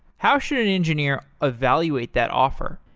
how should an engineer evaluate that offer?